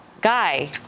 Guy